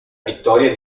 vittoria